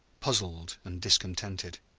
puzzled and discontented.